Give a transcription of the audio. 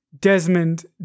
Desmond